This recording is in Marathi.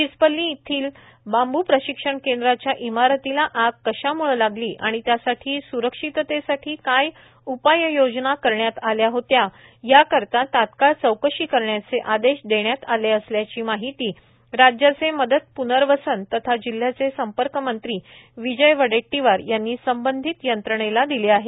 चीचपल्ली येथील बांबू प्रशिक्षण केंद्राच्या ईमारतीला आग कश्याम्ळे लागली आणि त्यासाठी स्रक्षिततेसाठी काय उपाययोजना करण्यात आल्या होत्या याकरीता तात्काळ चौकशी करण्याचे आदेश देण्यात आले असल्याची माहिती राज्याचे मदत प्नर्वसन तथा जिल्ह्याचे संपर्कमंत्री विजय वडेट्टीवार यांनी संबंधित यंत्रणेला दिले आहेत